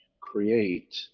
create